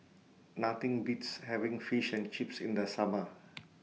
Nothing Beats having Fish and Chips in The Summer